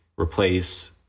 Replace